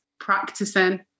practicing